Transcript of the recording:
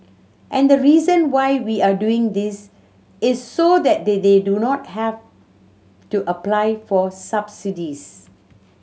and the reason why we are doing this is so that they do not have to apply for subsidies